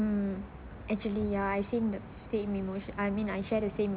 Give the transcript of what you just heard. hmm actually ya I same the same emo~ I mean I share the same